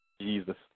Jesus